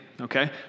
Okay